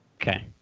Okay